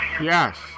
Yes